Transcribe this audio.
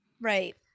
right